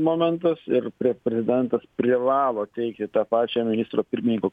momentas ir prezidentas privalo teikti tą pačią ministro pirmininko